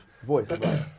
voice